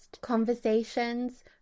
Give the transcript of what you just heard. conversations